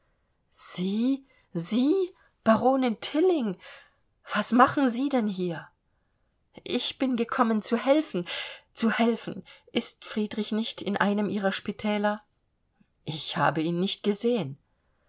sie sie baronin tilling was machen sie denn hier ich bin gekommen zu helfen zu helfen ist friedrich nicht in einem ihrer spitäler ich habe ihn nicht gesehen